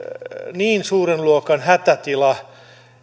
niin suuren luokan hätätila